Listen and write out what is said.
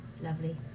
lovely